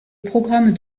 programme